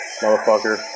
motherfucker